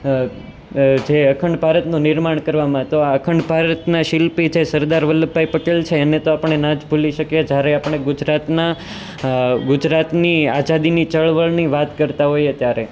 જે અખંડ ભારતનું નિર્માણ કરવામાં તો આ અખંડ ભારતના શિલ્પી છે સરદાર વલ્લભભાઈ પટેલ છે એને તો આપણે ન જ ભૂલી શકીએ જ્યારે આપણે ગુજરાતના ગુજરાતની આઝાદીની ચળવળની વાત કરતા હોઈએ ત્યારે